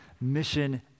mission